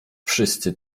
wszyscy